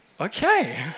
Okay